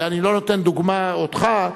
ואני לא נותן דוגמה אותך,